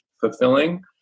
fulfilling